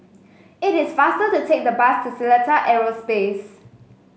it is faster to take the bus to Seletar Aerospace